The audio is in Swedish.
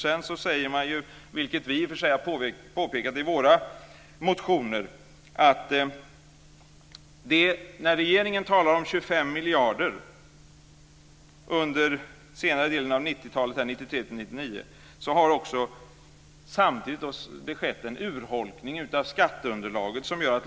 Sedan säger man, vilket vi i och för sig har påpekat i våra motioner, att när regeringen talar om 25 miljarder under senare delen av 90-talet, 1993-1999, har det samtidigt skett en urholkning av skatteunderlaget.